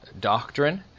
doctrine